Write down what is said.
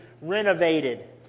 renovated